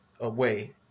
away